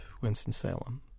Winston-Salem